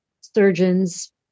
surgeons